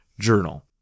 journal